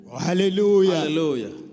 Hallelujah